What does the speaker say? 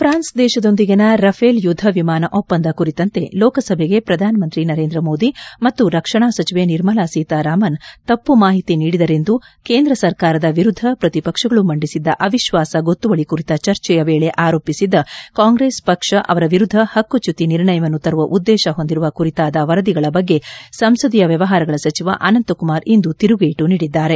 France ದೇಶದೊಂದಿಗಿನ Rafale ಯುದ್ದ ವಿಮಾನ ಒಪ್ಪಂದ ಕುರಿತಂತೆ ಲೋಕಸಭೆಗೆ ಪ್ರಧಾನಮಂತ್ರಿ ನರೇಂದ್ರ ಮೋದಿ ಮತ್ತು ರಕ್ಷಣಾ ಸಚಿವೆ ನಿರ್ಮಲಾ ಸೀತಾರಾಮನ್ ತಮ್ತ ಮಾಹಿತಿ ನೀಡಿದರೆಂದು ಕೇಂದ್ರ ಸರ್ಕಾರದ ವಿರುದ್ಲ ಪ್ರತಿಪಕ್ಷಗಳು ಮಂಡಿಸಿದ್ದ ಅವಿಶ್ವಾಸ ಗೊತ್ತುವಳಿ ಕುರಿತ ಚರ್ಚೆಯ ವೇಳೆ ಆರೋಪಿಸಿದ್ದ ಕಾಂಗ್ರೆಸ್ ಪಕ್ಷ ಅವರ ವಿರುದ್ದ ಪಕ್ಕುಚ್ಚುತಿ ನಿರ್ಣಯವನ್ನು ತರುವ ಉದ್ಲೇಶ ಹೊಂದಿರುವ ಕುರಿತಾದ ವರದಿಗಳ ಬಗ್ಗೆ ಸಂಸದೀಯ ವ್ಯವಹಾರಗಳ ಸಚಿವ ಅನಂತ್ಕುಮಾರ್ ಇಂದು ತಿರುಗೇಟು ನೀಡಿದ್ದಾರೆ